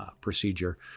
procedure